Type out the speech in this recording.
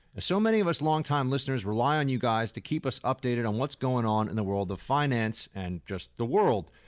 so many of us longtime listeners rely on you guys to keep us updated on what's going on in the world of finance and just the world.